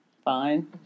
Fine